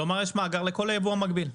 כלומר, יש מאגר לכל הייבוא המקביל.